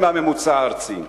יותר מהממוצע הארצי,